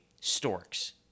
storks